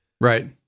Right